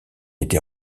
était